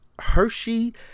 Hershey